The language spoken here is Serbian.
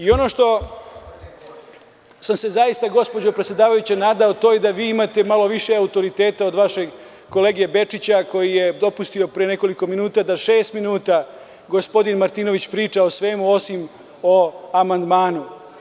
Ono što sam se zaista, gospođo predsedavajuća nadao to je da vi imate malo više autoriteta od vašeg kolege Bečića, koji je dopustio pre nekoliko minuta da šest minuta gospodin Martinović priča o svemu, osim o amandmanu.